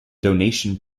donation